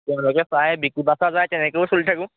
তেওঁলোকে প্ৰায় বিক্ৰী বাচা যায় তেনেকেও চলি থাকোঁ